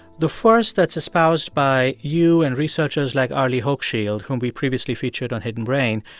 the first that's espoused by you and researchers like arlie hochschild, whom we previously featured on hidden brain,